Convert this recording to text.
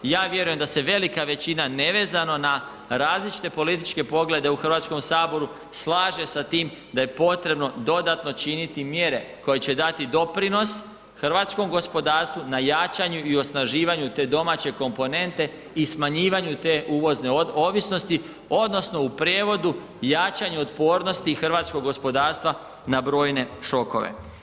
Ja vjerujem da se velika većina nevezano na različite političke poglede u Hrvatskom saboru slaže sa tim da je potrebno dodatno činiti mjere koje će dati doprinos hrvatskom gospodarstvu na jačanju i osnaživanju te domaće komponente i smanjivanju te uvozne ovisnosti odnosno u prijevodu jačanju otpornosti hrvatskog gospodarstva na brojne šokove.